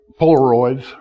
Polaroids